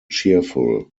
cheerful